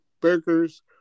burgers